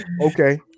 okay